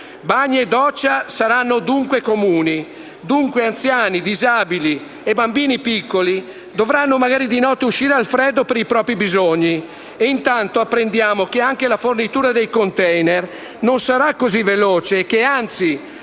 Bagni e docce saranno comuni. Dunque anziani, disabili e bambini piccoli dovranno, magari di notte, uscire al freddo per i propri bisogni. E intanto apprendiamo che anche la fornitura dei *container* non sarà così veloce e che, anzi,